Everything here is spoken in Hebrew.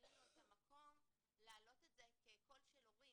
אין לנו את המקום להעלות את זה כקול של הורים